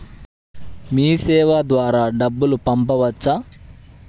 మీసేవ ద్వారా డబ్బు పంపవచ్చా?